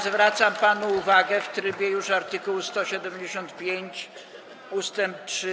Zwracam panu uwagę w trybie art. 175 ust. 3.